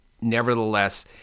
nevertheless